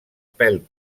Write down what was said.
pèl